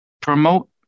promote